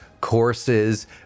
courses